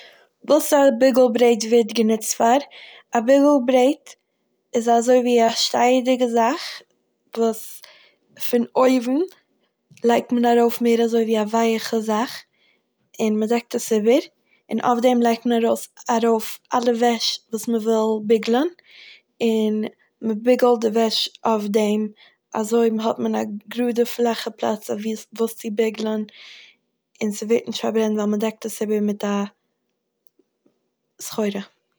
וואס א ביגל ברעט ווערט גענוצט פאר. א ביגל ברעט איז אזויווי א שטייעדיגע זאך וואס פון אויבען לייגט מען ארויף מער אזויווי א ווייעכע זאך און מ'דעקט עס איבער, און אויף דעם לייגט מען ארויס- ארויף אלע וועש וואס מ'וויל ביגלען, און מ'ביגלט די וועש אויף דעם. אזוי מ'- האט מען א גראדע, פלאכע פלאץ אויף וואו עס- וואס צו ביגלען, און ס'ווערט נישט פארברענט ווייל מ'דעקט עס איבער מיט א סחורה.